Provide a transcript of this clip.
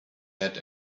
had